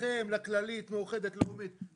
לכם, לכללית, מאוחדת, לאומית.